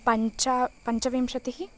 पञ्च पञ्चविंशतिः